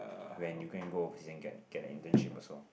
when you can go overseas and get get an internship also